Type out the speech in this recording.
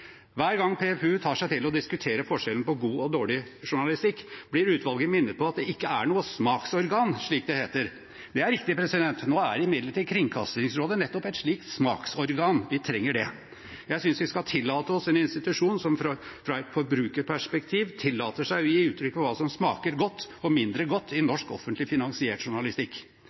Hver gang PFU tar seg til å diskutere forskjellen på god og dårlig journalistikk, blir utvalget minnet på at det ikke er noe smaksorgan, slik det heter. Det er riktig. Nå er imidlertid Kringkastingsrådet nettopp et slikt smaksorgan. Vi trenger det. Jeg synes vi skal tillate oss en institusjon som fra et forbrukerperspektiv tillater seg å gi uttrykk for hva som smaker godt og mindre godt i norsk offentlig finansiert journalistikk.